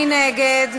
מי נגד?